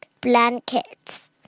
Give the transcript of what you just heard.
blankets